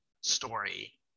story